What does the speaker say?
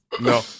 no